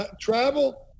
travel